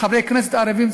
חברי כנסת ערבים,